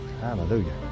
Hallelujah